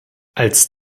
als